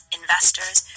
investors